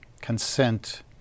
consent